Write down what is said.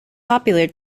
popular